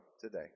today